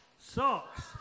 socks